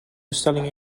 bestelling